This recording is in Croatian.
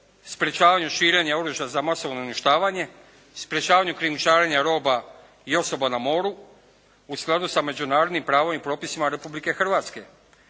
sprječavanju širenja oružja za masovno uništavanje, sprječavanju krijumčarenja roba i osoba na moru u skladu sa međunarodnim pravom i propisima Republike Hrvatske.